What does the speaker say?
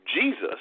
Jesus